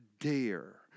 dare